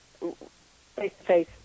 face-to-face